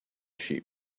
sheep